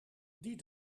die